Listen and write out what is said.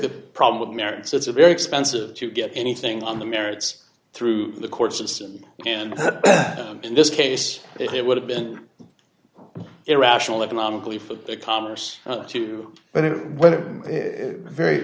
the problem with merits it's a very expensive to get anything on the merits through the court system and in this case it would have been irrational economically for the commerce too but it went very